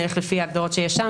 נלך לפי ההגדרות שיש שם.